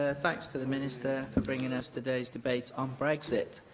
ah thanks to the minister for bringing us today's debate on brexit.